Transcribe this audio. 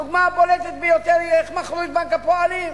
הדוגמה הבולטת ביותר היא איך מכרו את בנק הפועלים.